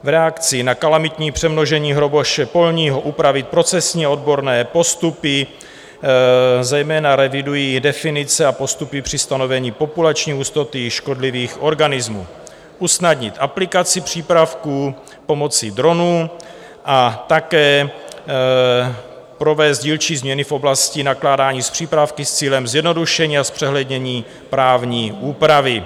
v reakci na kalamitní přemnožení hraboše polního upravit procesně odborné postupy zejména revidují definice a postupy při stanovení populační hustoty škodlivých organismů; usnadnit aplikaci přípravků pomocí dronů a také provést dílčí změny v oblasti nakládání s přípravky s cílem zjednodušení a zpřehlednění právní úpravy.